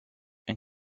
and